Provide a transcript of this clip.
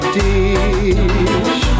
dish